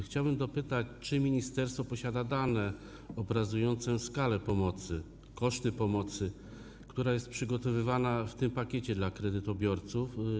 Chciałbym dopytać, czy ministerstwo posiada dane obrazujące skalę pomocy, koszty pomocy, która jest przygotowywana w tym pakiecie dla kredytobiorców.